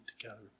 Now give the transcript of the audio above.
together